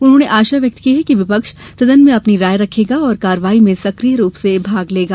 उन्होंने आशा व्यक्त की कि विपक्ष सदन में अपनी राय रखेगा और कार्यवाही में सक्रिय रूप से भाग लेगा